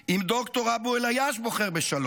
אם ד"ר אבו אל-עייש בוחר בשלום,